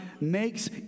makes